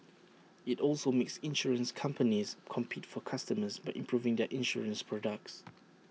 IT also makes insurance companies compete for customers by improving their insurance products